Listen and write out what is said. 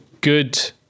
good